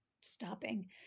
stopping